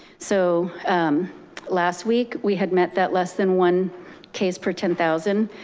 so last week, we had met that less than one case per ten thousand.